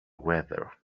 weather